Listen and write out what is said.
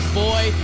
boy